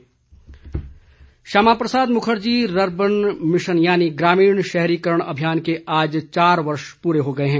Shyama Prasad Mukherjee Shyama Prasad Mukherjee rurban mission यानी ग्राम शहरीकरण अभियान के आज चार वर्ष पूरे हो गए हैं